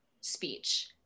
speech